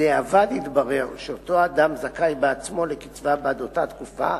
ובדיעבד התברר שאותו אדם זכאי בעצמו לקצבה בעד אותה תקופה,